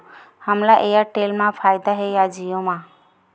हमला एयरटेल मा फ़ायदा हे या जिओ मा?